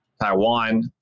Taiwan